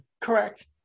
Correct